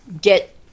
get